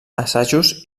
assajos